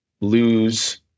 lose